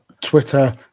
Twitter